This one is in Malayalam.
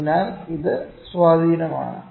അതിനാൽ അത് സ്വാധീനമാണ്